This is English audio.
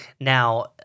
Now